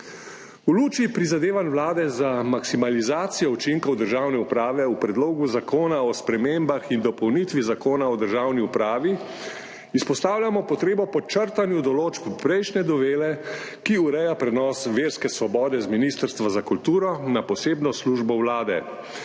V luči prizadevanj Vlade za maksimalizacijo učinkov državne uprave v Predlogu zakona o spremembah in dopolnitvi Zakona o državni upravi izpostavljamo potrebo po črtanju določb prejšnje novele, ki ureja prenos verske svobode z Ministrstva za kulturo na posebno službo Vlade,